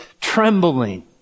trembling